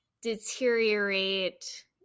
deteriorate